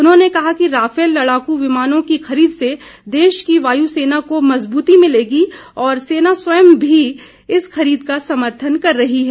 उन्होंने कहा कि राफेल लड़ाकू विमानों की खरीद से देश की वायू सेना को मज़बूती मिलेगी और सेना स्वयं भी इस खरीद का समर्थन कर रही है